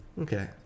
okay